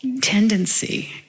tendency